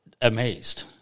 amazed